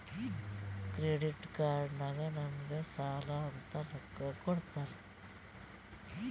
credit card ನಾಗ್ ನಮುಗ್ ಸಾಲ ಅಂತ್ ರೊಕ್ಕಾ ಕೊಡ್ತಾರ್